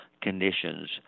conditions